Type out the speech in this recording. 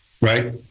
right